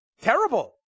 Terrible